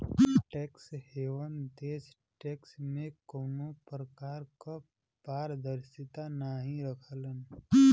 tax haven देश tax में कउनो प्रकार क पारदर्शिता नाहीं रखलन